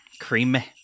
Creamy